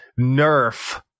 nerf